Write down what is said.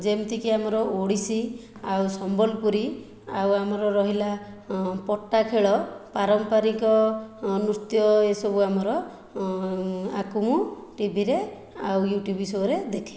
ଯେମତିକି ଆମର ଓଡ଼ିଶୀ ଆଉ ସମ୍ବଲପୁରୀ ଆଉ ଆମର ରହିଲା ପଟ୍ଟା ଖେଳ ପାରମ୍ପାରିକ ନୃତ୍ୟ ଏ ସବୁ ଆମର ଆକୁ ମୁଁ ଟିଭିରେ ଆଉ ୟୁଟ୍ୟୁବ୍ ଶୋ'ରେ ଦେଖେ